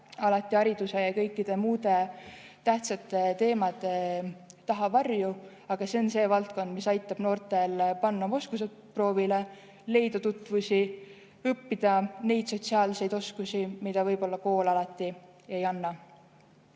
alati hariduse ja kõikide muude tähtsate teemade taha varju, aga see on see valdkond, mis aitab noortel panna oma oskused proovile, leida tutvusi, õppida neid sotsiaalseid oskusi, mida võib-olla kool alati ei anna.